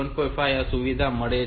5 ને આ સુવિધા મળી છે